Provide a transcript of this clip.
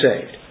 saved